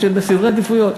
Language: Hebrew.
בסדרי עדיפויות.